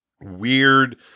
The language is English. weird